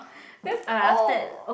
that's all